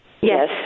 Yes